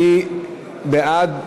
מי בעד?